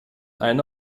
einen